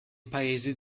paesi